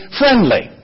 friendly